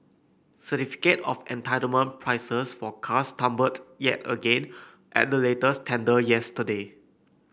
certificate of entitlement prices for cars tumbled yet again at the latest tender yesterday